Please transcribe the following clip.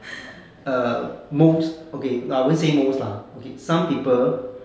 uh most okay no I wouldn't say most lah okay some people